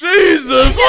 Jesus